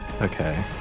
Okay